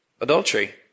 Adultery